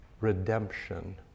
redemption